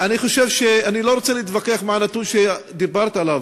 אני לא רוצה להתווכח על הנתון שדיברת עליו,